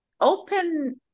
open